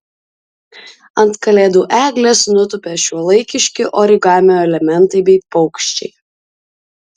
ant kalėdų eglės nutūpė šiuolaikiški origamio elementai bei paukščiai